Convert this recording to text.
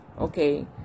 okay